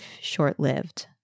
short-lived